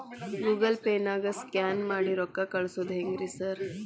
Google ಪೇನಾಗ scan ಮಾಡಿ ರೊಕ್ಕಾ ಕಳ್ಸೊದು ಹೆಂಗ್ರಿ ಸಾರ್?